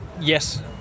Yes